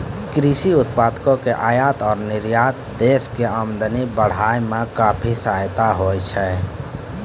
कृषि उत्पादों के आयात और निर्यात देश के आमदनी बढ़ाय मॅ काफी सहायक होय छै